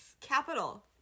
Capital